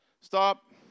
Stop